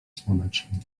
słonecznym